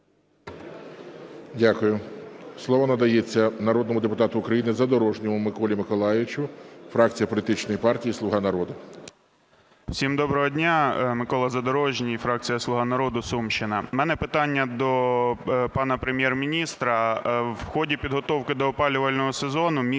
Дякую. Слово надається народному депутату України Задорожньому Миколі Миколайовичу, фракція політичної партії "Слуга народу". 11:31:03 ЗАДОРОЖНІЙ М.М. Всім доброго дня! Микола Задорожній, фракція "Слуга народу", Сумщина. У мене питання до пана Прем'єр-міністра. В ході підготовки до опалювального сезону місто